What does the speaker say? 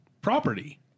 property